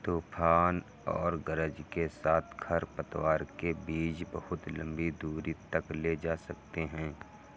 तूफान और गरज के साथ खरपतवार के बीज बहुत लंबी दूरी तक ले जा सकते हैं